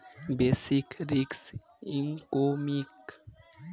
basic risk economics থেকে বোঝা spot আর হেজের মধ্যে যেই তফাৎ